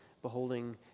Beholding